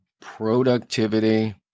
productivity